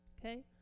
Okay